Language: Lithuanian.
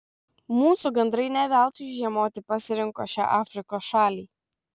mūsų gandrai ne veltui žiemoti pasirinko šią afrikos šalį